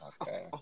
Okay